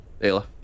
Ayla